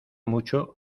mucho